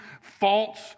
False